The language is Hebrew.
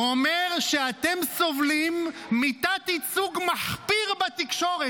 הוא אומר שאתם סובלים מתת-ייצוג מחפיר בתקשורת.